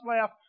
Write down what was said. laugh